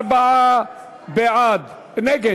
44 נגד,